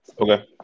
okay